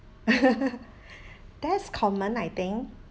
that's common I think